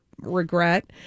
regret